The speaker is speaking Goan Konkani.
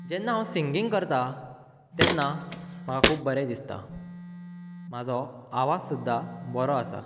जेन्ना हांव सिंगींग करतां तेन्ना म्हाका खूब बरें दिसता म्हाजो आवाज सुद्दां बरो आसा